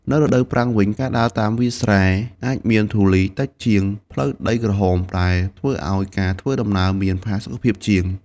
នៅរដូវប្រាំងវិញ ការដើរតាមវាលស្រែអាចមានធូលីតិចជាងផ្លូវដីក្រហម ដែលធ្វើឲ្យការធ្វើដំណើរមានផាសុកភាពជាង។